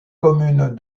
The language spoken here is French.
communes